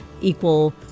equal